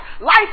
life